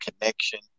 connection